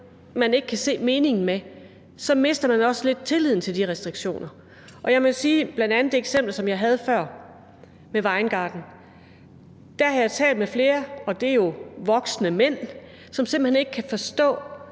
måde ikke kan se meningen med, så mister man også tilliden til de restriktioner. Og jeg må sige i forhold til bl.a. det eksempel, som jeg nævnte før med Vejen Garden, at der har jeg talt med flere, og det er jo voksne mænd, som simpelt hen ikke kan forstå,